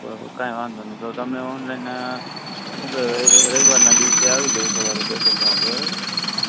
બરાબર કાંઈ વાંધો નહીં તો તમે ઓનલાઇન શું કહેવાય એક રવિવારના દિવસે આવી જાવ સવારે દસેક વાગે બરાબર